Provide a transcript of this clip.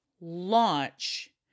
launch